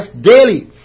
daily